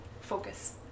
focus